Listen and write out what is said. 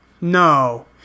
No